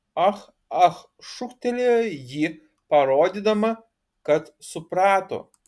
ah ah šūktelėjo ji parodydama kad suprato